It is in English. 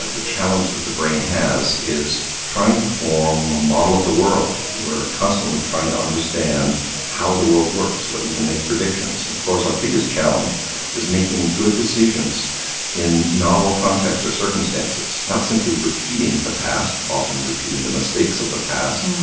the challenge that the brain has is trying to form a model of the world we are constantly trying to understand how the world works so that we can make predictions. of course our biggest challenge is making good decisions in novel contexts or circumstances. not simply repeating the past, often repeating the mistakes of the past,